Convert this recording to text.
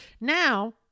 Now